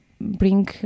bring